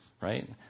Right